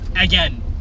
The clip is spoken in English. again